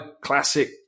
classic